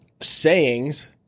sayings